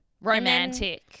Romantic